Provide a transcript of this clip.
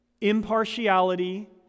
impartiality